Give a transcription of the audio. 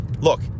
Look